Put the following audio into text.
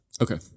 Okay